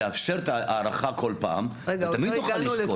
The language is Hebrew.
לאפשר את ההארכה כל פעם ותמיד נוכל לשקול.